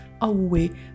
away